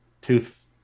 tooth